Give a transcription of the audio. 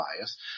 bias